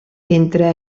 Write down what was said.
entre